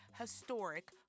historic